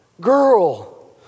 girl